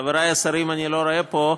את חברי השרים אני לא רואה פה.